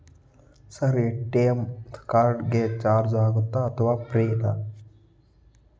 Sir ATM card ಗೆ charge ಆಗುತ್ತಾ ಅಥವಾ ಫ್ರೇ ನಾ?